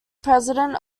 president